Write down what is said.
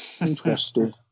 Interesting